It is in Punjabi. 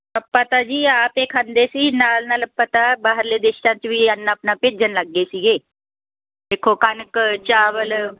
ਆਪਾਂ ਤਾਂ ਜੀ ਆਪ ਏ ਖਾਂਦੇ ਸੀ ਨਾਲ ਨਾਲ ਪਤਾ ਬਾਹਰਲੇ ਦੇਸ਼ਾਂ 'ਚ ਵੀ ਅੰਨ ਆਪਣਾ ਭੇਜਣ ਲੱਗ ਗਏ ਸੀਗੇ ਦੇਖੋ ਕਣਕ ਚਾਵਲ